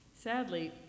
Sadly